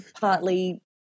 partly